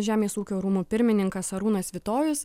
žemės ūkio rūmų pirmininkas arūnas svitojus